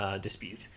dispute